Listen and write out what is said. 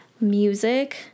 music